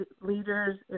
leaders